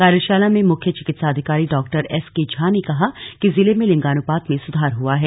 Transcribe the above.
कार्यशाला में मुख्य चिकित्सा अधिकारी डॉ एसके झा ने कहा कि जिले में लिंगानुपात में सुधार हुआ है